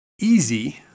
easy